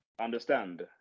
understand